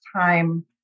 time